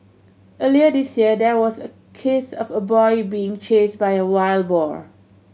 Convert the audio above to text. earlier this year there was a case of a boy being chased by a wild boar